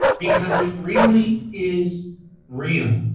because it really is real.